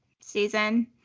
season